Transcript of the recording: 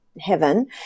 heaven